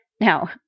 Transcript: Now